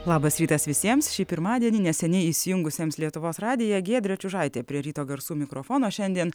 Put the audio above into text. labas rytas visiems šį pirmadienį neseniai įsijungusiems lietuvos radiją giedrė čiužaitė prie ryto garsų mikrofono šiandien